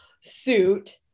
suit